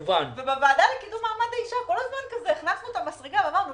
ובוועדה לקידום מעמד האישה כל הזמן הכנסנו את המסרגה ואמרנו,